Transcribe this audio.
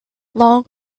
long